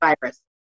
virus